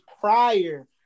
prior